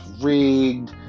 rigged